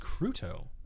Cruto